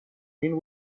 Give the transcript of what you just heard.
این